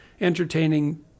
entertaining